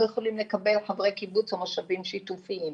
לא יכולים לקבל חברי קיבוץ או מושבים שיתופיים,